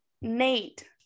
Nate